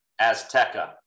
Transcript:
Azteca